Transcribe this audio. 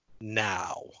now